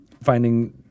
Finding